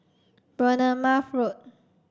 Bournemouth Road